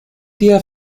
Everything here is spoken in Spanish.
día